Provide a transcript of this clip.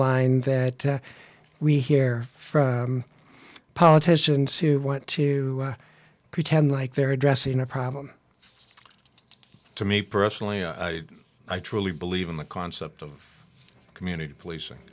line that we hear from politicians who want to pretend like they're addressing a problem to me personally i truly believe in the concept of community policing